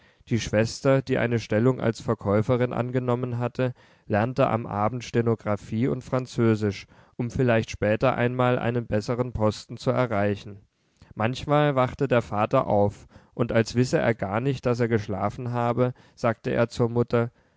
die schwester die eine stellung als verkäuferin angenommen hatte lernte am abend stenographie und französisch um vielleicht später einmal einen besseren posten zu erreichen manchmal wachte der vater auf und als wisse er gar nicht daß er geschlafen habe sagte er zur mutter